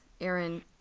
Aaron